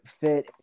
fit